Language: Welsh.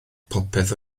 popeth